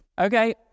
Okay